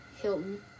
Hilton